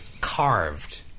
carved